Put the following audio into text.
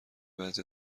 بعضی